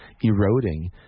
eroding